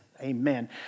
Amen